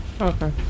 Okay